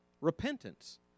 Repentance